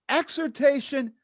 exhortation